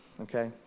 Okay